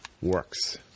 works